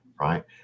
Right